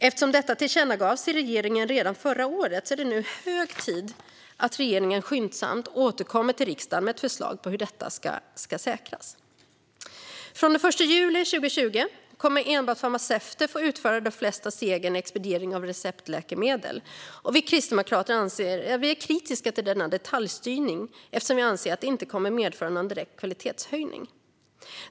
Eftersom detta tillkännagavs till regeringen redan förra året är det nu hög tid att regeringen skyndsamt återkommer till riksdagen med ett förslag på hur det här ska säkras. Från den 1 juli 2020 kommer enbart farmaceuter att få utföra de flesta stegen i expedieringen av receptläkemedel. Vi kristdemokrater är kritiska till denna detaljstyrning eftersom vi anser att det inte kommer att medföra någon kvalitetshöjning.